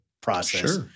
process